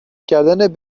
کردن